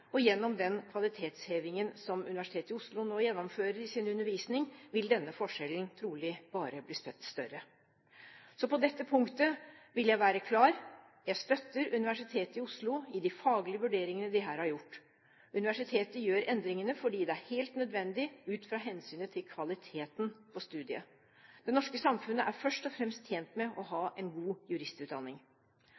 og gjennom den kvalitetshevingen som Universitetet i Oslo nå gjennomfører i sin undervisning, vil denne forskjellen trolig bare bli større. Så på dette punktet vil jeg være klar: Jeg støtter Universitetet i Oslo i de faglige vurderingene de her har gjort. Universitetet gjør endringene fordi det er helt nødvendig ut fra hensynet til kvaliteten på studiet. Det norske samfunnet er først og fremst tjent med å ha